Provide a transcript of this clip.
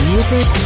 Music